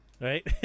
Right